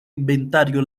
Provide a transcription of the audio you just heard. inventario